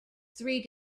three